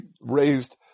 raised